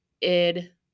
id